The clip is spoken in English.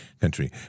country